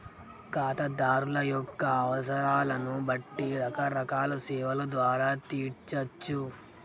ఖాతాదారుల యొక్క అవసరాలను బట్టి రకరకాల సేవల ద్వారా తీర్చచ్చు